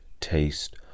taste